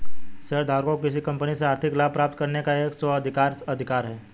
शेयरधारकों को किसी कंपनी से आर्थिक लाभ प्राप्त करने का एक स्व अधिकार अधिकार है